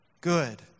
Good